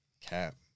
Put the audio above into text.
Cap